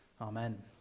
Amen